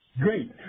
Great